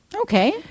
okay